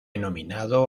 nominado